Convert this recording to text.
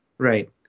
Right